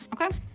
Okay